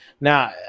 now